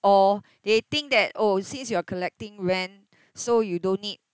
or they think that oh since you are collecting rent so you don't need